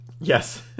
Yes